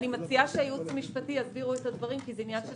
אני מציעה שהייעוץ המשפטי יסביר את הדברים כי זה עניין של